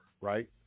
right